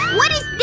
what is this!